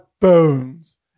Bones